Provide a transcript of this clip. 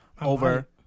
over